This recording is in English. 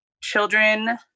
children